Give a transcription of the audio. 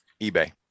eBay